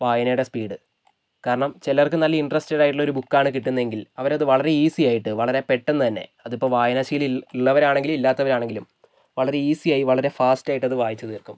വായനയുടെ സ്പീഡ് കാരണം ചിലർക്ക് നല്ല ഇൻറ്ററസ്റ്റഡ് ആയിട്ടുള്ളൊരു ബുക്കാണ് കിട്ടുന്നതെങ്കിൽ അവരത് വളരെ ഈസി ആയിട്ട് വളരെ പെട്ടെന്ന് തന്നെ അതിപ്പോൾ വായനാശീലം ഉള്ള ഉള്ളവരാണെങ്കിലും ഇല്ലാത്തവരാണെങ്കിലും വളരെ ഈസിയായി വളരെ ഫാസ്റ്റായിട്ടത് വായിച്ച് തീർക്കും